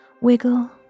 Wiggle